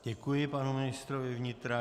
Děkuji panu ministrovi vnitra.